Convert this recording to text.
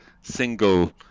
single